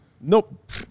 Nope